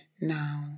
now